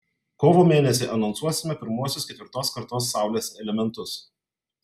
kovo mėnesį anonsuosime pirmuosius ketvirtos kartos saulės elementus